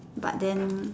but then